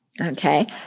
Okay